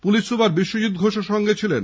police super Biswajit ঘোষও সঙ্গে ছিলেন